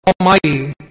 Almighty